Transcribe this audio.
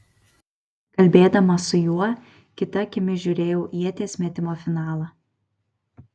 kalbėdama su juo kita akimi žiūrėjau ieties metimo finalą